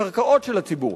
קרקעות של הציבור.